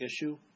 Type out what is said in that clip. issue